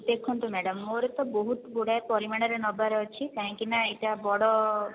ଦେଖନ୍ତୁ ମ୍ୟାଡ଼ମ୍ ମୋର ତ ବହୁତ ଗୁଡ଼ାଏ ପରିମାଣରେ ନେବାର ଅଛି କାହିଁକିନା ଏଇଟା ବଡ଼